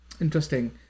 Interesting